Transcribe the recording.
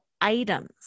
Items